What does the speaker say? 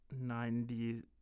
Ninety